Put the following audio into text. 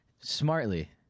Smartly